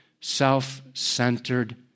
self-centered